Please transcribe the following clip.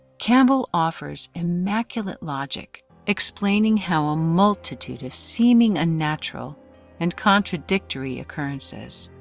campbell offers immaculate logic explaining how a multitude of seeming unnatural and contradictory occurrences,